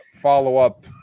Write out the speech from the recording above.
follow-up